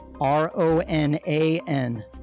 R-O-N-A-N